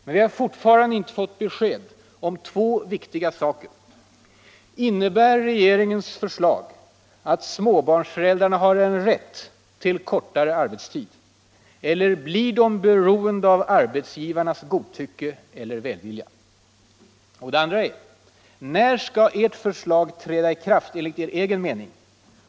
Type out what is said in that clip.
Men vi har fortfarande inte fått besked om två viktiga saker: Innebär regeringens förslag att småbarnsföräldrarna har rätt till kortare arbetstid eller blir de beroende av arbetsgivarnas godtycke eller välvilja? Och när skall ert förslag träda i kraft enligt er egen mening?